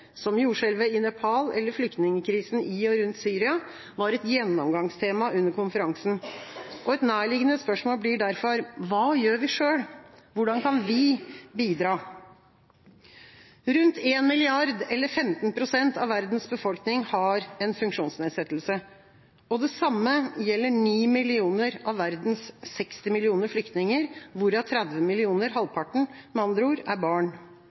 som jordskjelvet i Nepal eller flyktningkrisen i og rundt Syria, var et gjennomgangstema under konferansen. Et nærliggende spørsmål blir derfor: Hva gjør vi selv – hvordan kan vi bidra? Rundt 1 milliard eller 15 pst. av verdens befolkning har en funksjonsnedsettelse, og det samme gjelder 9 millioner av verdens 60 millioner flyktninger, hvorav 30 millioner – halvparten, med andre ord – er barn.